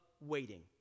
waiting